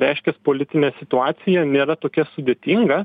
reiškias politinė situacija nėra tokia sudėtinga